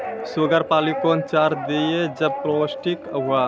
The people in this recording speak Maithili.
शुगर पाली कौन चार दिय जब पोस्टिक हुआ?